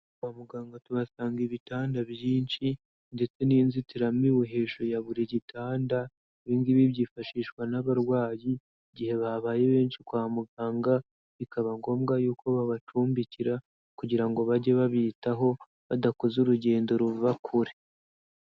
Kwa muganga tuhasanga ibitanda byinshi ndetse n'inzitiramibu hejuru ya buri gitanda, ibi ngibi byifashishwa n'abarwayi, igihe babaye benshi kwa muganga, bikaba ngombwa y'uko babacumbikira kugira ngo bajye babitaho badakoze urugendo ruva kure.